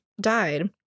died